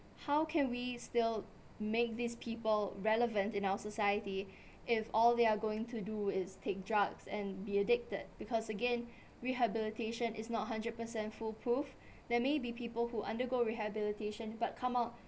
how can we still make these people relevant in our society if all they are going to do is take drugs and be addicted because again rehabilitation is not hundred percent foolproof there may be people who undergo rehabilitation but come out